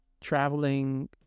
traveling